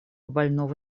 больного